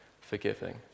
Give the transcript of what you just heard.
forgiving